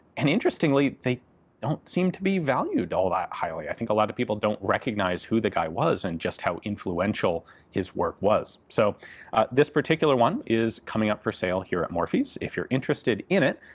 and interestingly they don't seem to be valued all that highly. i think a lot of people don't recognise who the guy was, and just how influential his work was. so this particular one is coming up for sale here at morphy's. if you're interested in it,